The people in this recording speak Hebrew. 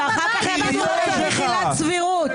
ואחר כך יגידו שלא צריך עילת סבירות.